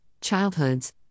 Childhoods